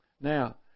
Now